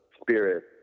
spirit